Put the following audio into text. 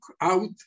out